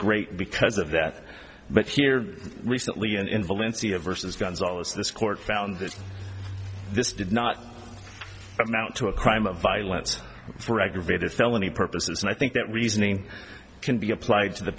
great because of that but here recently and in valencia versus gonzales this court found that this did not amount to a crime of violence for aggravated felony purposes and i think that reasoning can be applied to the